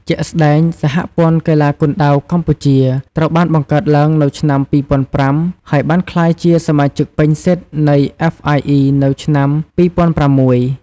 ជាក់ស្តែង សហព័ន្ធកីឡាគុនដាវកម្ពុជា ត្រូវបានបង្កើតឡើងនៅឆ្នាំ ២០០៥ ហើយបានក្លាយជាសមាជិកពេញសិទ្ធិនៃ អ្វេស អាយ អុី នៅឆ្នាំ ២០០៦។